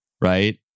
right